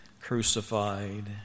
crucified